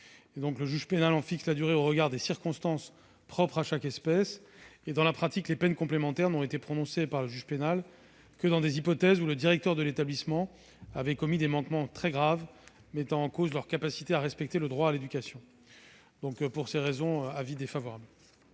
Le juge pénal en fixe la durée au regard des circonstances propres à chaque cas d'espèce. Dans la pratique, les peines complémentaires n'ont été prononcées par le juge pénal que dans des hypothèses dans lesquelles le directeur de l'établissement avait commis des manquements très graves mettant en cause sa capacité à respecter le droit à l'éducation. Le Gouvernement émet donc un avis défavorable.